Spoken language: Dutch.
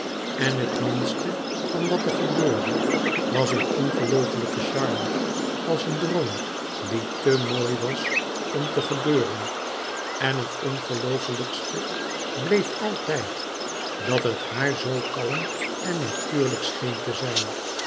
en het minste van wat er gebeurde was een ongelooflijke charme als een droom die te mooi was om te gebeuren en het ongelooflijkste bleef altijd dat het haar zoo kalm en natuurlijk scheen te zijn